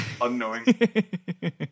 unknowing